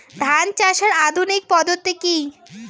ধান চাষের আধুনিক পদ্ধতি কি?